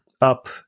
up